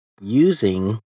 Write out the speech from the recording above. using